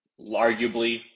Arguably